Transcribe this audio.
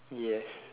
yes